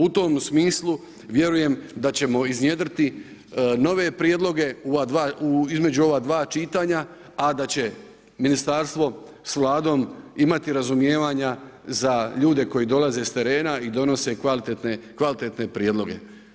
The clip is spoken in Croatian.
U tom smislu, vjerujem da ćemo iznjedriti nove prijedloge između ova dva čitanja, a da će ministarstvo s vladom imati razumijevanja za ljude koji dolaze s terena i donose kvalitetne prijedloge.